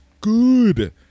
good